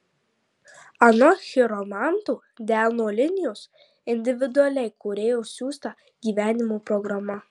anot chiromantų delno linijos individuali kūrėjo siųsta gyvenimo programa